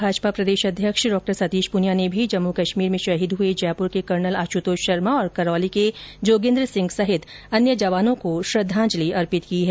भाजपा प्रदेशाध्यक्ष डॉ सतीश पूनिया ने भी जम्मू कश्मीर में शहीद हुए जयपुर के कर्नल आशुतोष शर्मा और करौली के जोगेन्द्र सिंह सहित अन्य जवानों को श्रद्वांजलि अर्पित की है